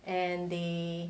and they